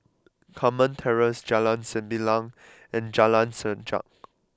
Carmen Terrace Jalan Sembilang and Jalan Sajak